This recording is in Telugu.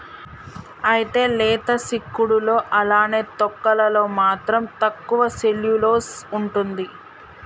అయితే లేత సిక్కుడులో అలానే తొక్కలలో మాత్రం తక్కువ సెల్యులోస్ ఉంటుంది